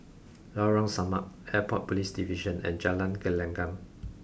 Lorong Samak Airport Police Division and Jalan Gelenggang